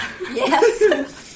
Yes